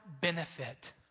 benefit